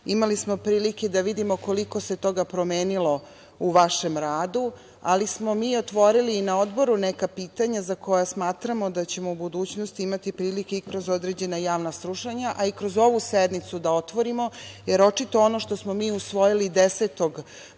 Imali smo prilike da vidimo koliko se toga promenilo u vašem radu, ali smo mi otvorili i na Odboru neka pitanja za koje smatramo da ćemo u budućnosti imati prilike i kroz određena javna slušanja, a i kroz ovu sednicu da otvorimo, jer očito ono što smo mi usvojili 10.